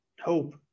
hope